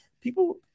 people